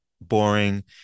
boring